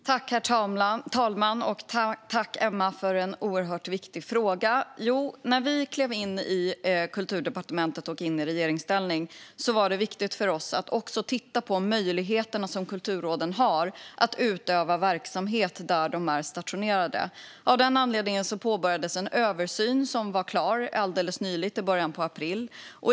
Herr talman! Tack för en oerhört viktig fråga, Emma! När vi klev in på Kulturdepartementet och in i regeringsställning var det viktigt för oss att titta på de möjligheter kulturråden har att utöva verksamhet där de är stationerade. Av den anledningen påbörjades en översyn som blev klar alldeles nyligen, i början av april.